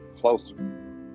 closer